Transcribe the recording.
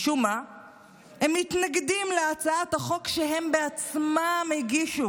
הם מתנגדים להצעת החוק שהם בעצמם הגישו.